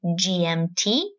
GMT